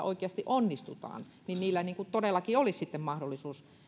oikeasti onnistutaan niin niillä todellakin olisi sitten mahdollisuus